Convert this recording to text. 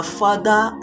father